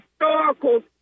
historical